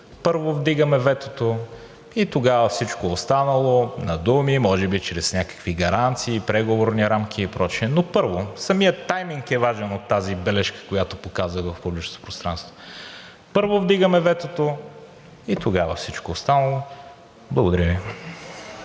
първо вдигаме ветото и тогава всичко останало на думи, може би чрез някакви гаранции и преговорни рамки и прочее, но самият тайминг е важен от тази бележка, която показах в публичното пространство? Първо вдигаме ветото и тогава всичко останало. Благодаря Ви.